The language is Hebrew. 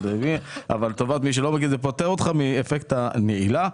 אבל לטובת מי שלא מכיר זה פוטר אותך מאפקט הנעילה.